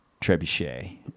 Trebuchet